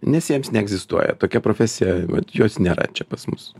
nes jiems neegzistuoja tokia profesija vat jos nėra čia pas mus